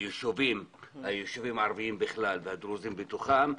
היישובים הערביים בכלל, והדרוזים בתוכם,